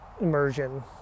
immersion